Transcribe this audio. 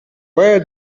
where